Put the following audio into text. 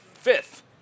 fifth